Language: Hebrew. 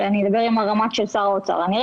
אני אדבר עם הרמ"ט של שר האוצר ואני אראה